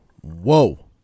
Whoa